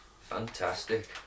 Fantastic